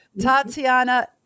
Tatiana